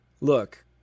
look